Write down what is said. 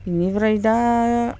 बेनिफ्राय दा